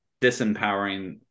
disempowering